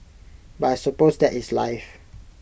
but I suppose that is life